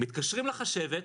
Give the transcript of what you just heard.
מתקשרים לחשבת,